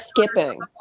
skipping